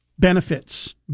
benefits